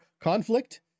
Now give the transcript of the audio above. conflict